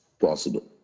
possible